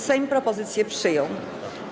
Sejm propozycję przyjął.